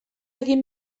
egin